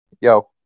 Yo